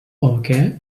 okay